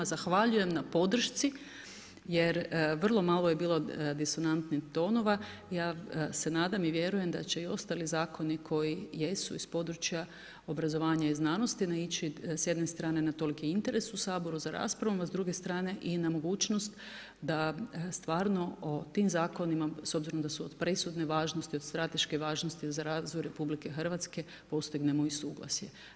Zahvaljujem na podršci, jer vrlo malo je bilo disonantnih tonova, ja se nadam i vjerujem da će i ostali zakoni koji jesu iz područja obrazovanja i znanosti naići s jedne strane na toliki interes u Saboru za raspravom, a s druge strane i na mogućnost da stvarno o tim zakonima s obzirom da su od presudne važnosti, od strateške važnosti za razvoj Republike Hrvatske postignemo i suglasje.